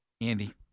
Andy